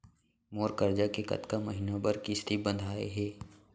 मोर करजा के कतका महीना बर किस्ती बंधाये हे?